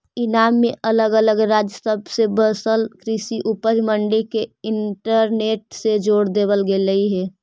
ईनाम में अलग अलग राज्य सब में बसल कृषि उपज मंडी के इंटरनेट से जोड़ देबल गेलई हे